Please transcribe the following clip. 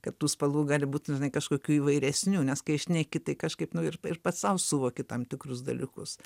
kad tų spalvų gali būt žinai kažkokių įvairesnių nes kai šneki tai kažkaip nu ir pats sau suvoki tam tikrus dalykus